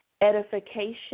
edification